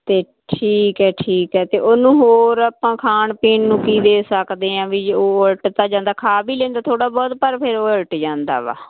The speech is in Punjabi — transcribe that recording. ਤੇ ਠੀਕ ਹ ਠੀਕ ਹ ਤੇ ਉਹਨੂੰ ਹੋਰ ਆਪਾਂ ਖਾਣ ਪੀਣ ਨੂੰ ਕੀ ਦੇ ਸਕਦੇ ਆਂ ਵੀ ਉਲਟ ਤਾਂ ਜਾਂਦਾ ਖਾ ਵੀ ਲੈਂਦਾ ਥੋੜਾ ਬਹੁਤ ਪਰ ਫਿਰ ਉਲਟ ਜਾਂਦਾ ਵਾ